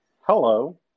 hello